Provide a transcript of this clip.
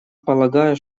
полагаю